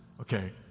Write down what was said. Okay